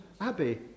Abbey